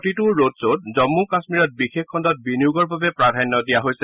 প্ৰতিটো ৰড ধোত জন্মু কাশ্মীৰত বিশেষ খণ্ডত বিনিয়োগৰ বাবে প্ৰাধান্য দিয়া হৈছে